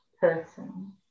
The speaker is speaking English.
person